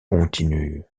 continu